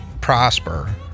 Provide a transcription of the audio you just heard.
prosper